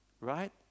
right